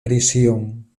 prisión